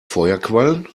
feuerquallen